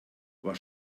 was